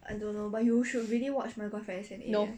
no